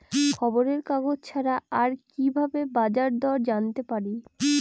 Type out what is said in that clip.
খবরের কাগজ ছাড়া আর কি ভাবে বাজার দর জানতে পারি?